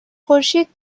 خورشید